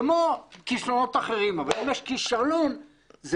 כמו כישלונות אחרים אבל אם יש כישלון זה